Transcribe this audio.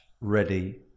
ready